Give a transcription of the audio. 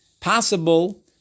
possible